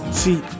See